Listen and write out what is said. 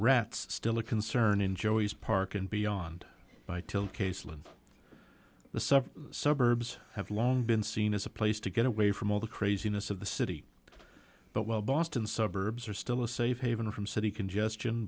rats still a concern in joey's park and beyond by took a slim sub the suburbs have long been seen as a place to get away from all the craziness of the city but well boston suburbs are still a safe haven from city congestion